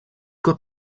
got